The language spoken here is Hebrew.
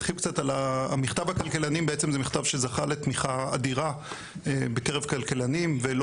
בעצם זה מכתב שזכה לתמיכה אדירה בקרב כלכלנים ולא